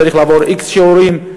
צריך לעבור x שיעורים,